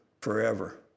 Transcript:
forever